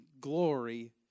glory